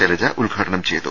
ശൈലജ ഉദ്ഘാടനം ചെയ്തു